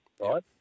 right